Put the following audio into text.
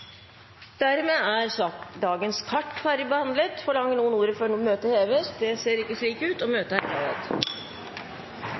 Dermed er dagens kart ferdigbehandlet. Forlanger noen ordet før møtet heves?